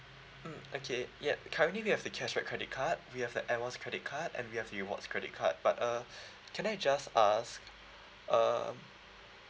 mm okay ya currently we have the cashback credit card we have the air miles credit card and we have rewards credit card but uh can I just ask um